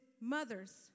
mothers